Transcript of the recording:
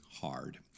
hard